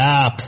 up